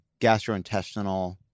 gastrointestinal